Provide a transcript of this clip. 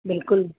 ਬਿਲਕੁਲ